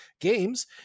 games